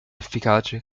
efficace